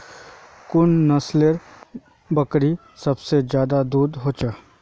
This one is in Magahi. कुन नसलेर बकरी सबसे ज्यादा दूध दो हो?